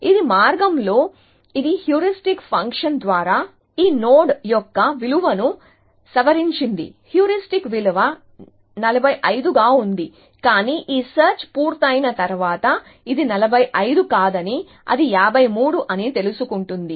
ఇది మార్గంలో ఇది హ్యూరిస్టిక్ ఫంక్షన్ ద్వారా ఈ నోడ్ యొక్క విలువను సవరించింది హ్యూరిస్టిక్ విలువ 45 గా ఉంది కానీ ఈ సెర్చ్ పూర్తయిన తర్వాత అది 45 కాదని అది 53 అని తెలుసుకుంటుంది